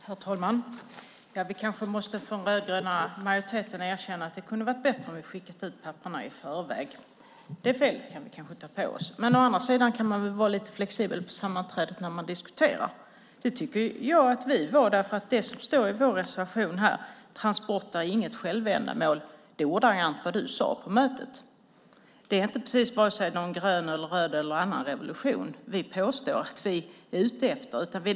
Herr talman! Vi måste kanske från den rödgröna minoriteten erkänna att det kunde ha varit bättre om vi hade skickat ut papperen i förväg. Det felet kan vi kanske ta på oss. Däremot kan man väl vara lite flexibel på sammanträdena när vi diskuterar. Det tycker jag att vi var, därför att det som står i vår reservation, transporter är inget självändamål, är ordagrant det du sade på mötet. Det är inte precis vare sig någon grön, röd eller annan revolution vi påstår att vi är ute efter.